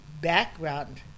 background